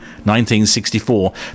1964